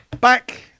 back